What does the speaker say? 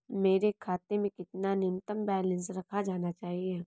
मेरे खाते में कितना न्यूनतम बैलेंस रखा जाना चाहिए?